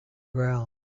ground